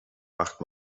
macht